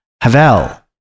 Havel